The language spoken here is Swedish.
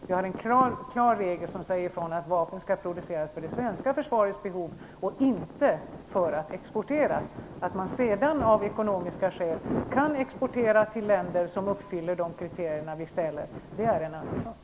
Vi har en klar regel som säger att vapen skall produceras för det svenska försvarets behov och inte för att exporteras. Att man sedan av ekonomiska skäl kan exportera till länder som uppfyller de kriterier som vi ställer är en annan sak.